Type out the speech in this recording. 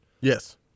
Yes